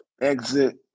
exit